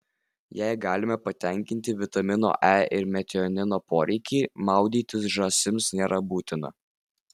jei galime patenkinti vitamino e ir metionino poreikį maudytis žąsims nėra būtina